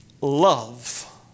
love